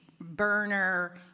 burner